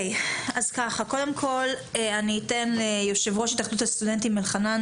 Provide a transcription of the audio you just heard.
קודם כל אני אתן ליו"ר התאחדות הסטודנטים אלחנן